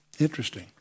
Interesting